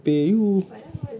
mcfrappe you